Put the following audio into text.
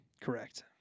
Correct